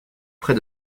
près